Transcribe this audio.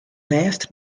lêste